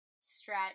stretch